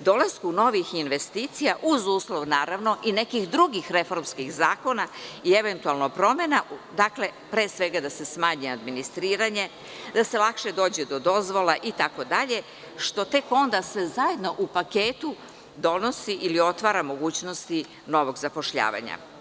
dolasku novih investicija uz uslov naravno i nekih drugih reformskih zakona i eventualno promena, dakle, pre svega da se smanji administriranje, da se lakše dođe do dozvola itd, što tek onda sve zajedno u paketu donosi ili otvara mogućnosti novog zapošljavanja.